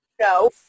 No